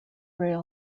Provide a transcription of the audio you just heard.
rail